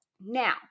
Now